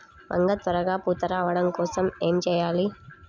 వంగ త్వరగా పూత రావడం కోసం ఏమి చెయ్యాలి?